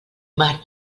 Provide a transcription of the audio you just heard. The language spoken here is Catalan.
mar